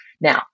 Now